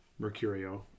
Mercurio